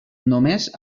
només